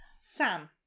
Sam